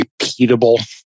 repeatable